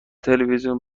تلویزیون